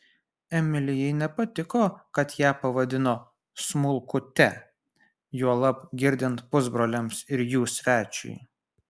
emilijai nepatiko kad ją pavadino smulkute juolab girdint pusbroliams ir jų svečiui